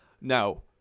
Now